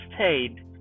stayed